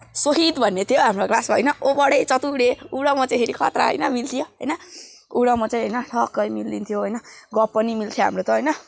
सोहिद भन्ने थियो हाम्रो क्लासमा होइन ओभरै चतुरे ऊ र म चाहिँ खत्रा होइन मिल्थ्यो होइन ऊ र म चाहिँ होइन ट्क्कै मिलिदिन्थ्यो होइन गफ पनि मिल्थ्यो हाम्रो त होइन